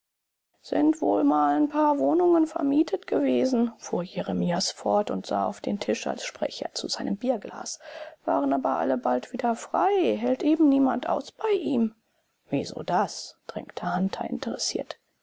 sind wohl mal n paar wohnungen vermietet gewesen fuhr jeremias fort und sah auf den tisch als spräche er zu seinem bierglas waren aber alle bald wieder frei hält eben niemand aus bei ihm wieso das drängte hunter interessiert